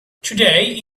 today